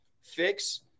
fix